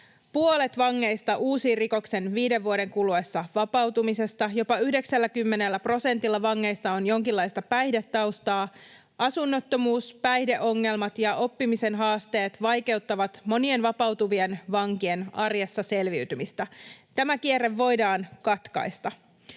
Puolet vangeista uusii rikoksen viiden vuoden kuluessa vapautumisesta, jopa 90 prosentilla vangeista on jonkinlaista päihdetaustaa ja asunnottomuus, päihdeongelmat ja oppimisen haasteet vaikeuttavat monien vapautuvien vankien arjessa selviytymistä. Tämä kierre voidaan katkaista.